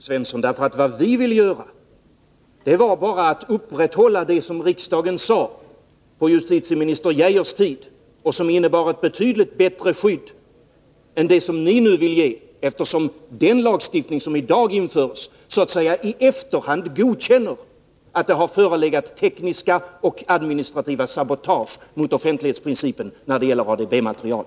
Herr talman! Detta är helt felaktigt, Olle Svensson. Vad vi ville göra var att upprätthålla vad riksdagen sade på justitieminister Geijers tid och som innebar ett betydligt bättre skydd än det som ni nu vill ge, eftersom den lagstiftning som i dag införs så att säga i efterhand godkänner att det har förelegat tekniska och administrativa sabotage mot offentlighetsprincipen när det gäller ADB-material.